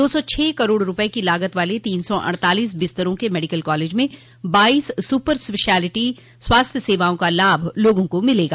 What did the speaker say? दो सौ छह करोड़ रूपये की लागत वाले तीन सौ अड़तालीस बिस्तरों के मेडिकल कॉलेज में बाईस सुपर स्पेशिलिटी स्वास्थ्य सेवाओं का लाभ लोगों को मिलेगा